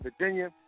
Virginia